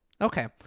Okay